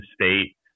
state